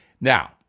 Now